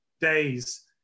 days